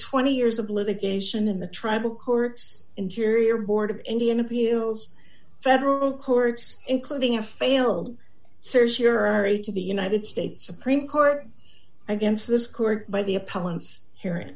twenty years of litigation in the tribal courts interior board of indian appeals federal courts including a failed search here are a to the united states supreme court against this court by the appellants hearing